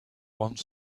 one